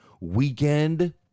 weekend